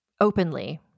Openly